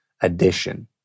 addition